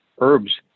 herbs